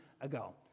ago